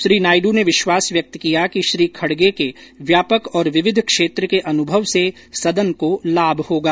श्री नायड् ने विश्वास व्यक्त किया कि श्री खड़गे के व्यापक और विविध क्षेत्र के अनुभव से सदन को लाभ होगा